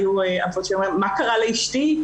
היו אבות ששאלו: מה קרה לאשתי?